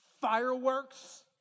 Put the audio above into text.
Fireworks